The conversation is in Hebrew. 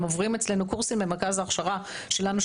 הם עוברים אצלנו קורסים במרכז ההכשרה שלנו,